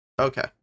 okay